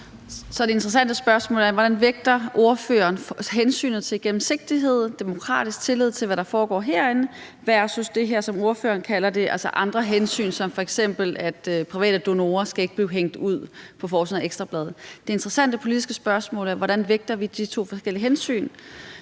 Det interessante spørgsmål er, hvordan ordføreren vægter hensynet til gennemsigtighed og demokratisk tillid til, hvad der foregår herinde, versus det her, som ordføreren kalder andre hensyn, f.eks. at private donorer ikke skal blive hængt ud på forsiden af Ekstra Bladet. Det interessante politiske spørgsmål er, hvordan vi vægter de to forskellige hensyn,